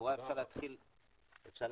לכאורה אפשר להתחיל מהסוף.